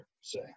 say